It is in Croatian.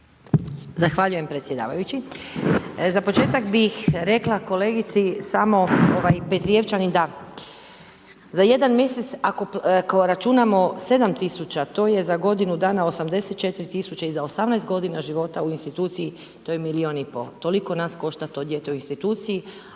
Zahvaljujem predsjedavajući. Za početak bih rekla kolegici samo Petrijevčanin, da za jedan mjesec, ako računam 7000 to je za godinu dana 84 tisuće i za 18 g. života u instituciji to je milijun i pol. Toliko nas košta to dijete u instituciji,